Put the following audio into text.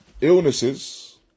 illnesses